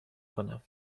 کنم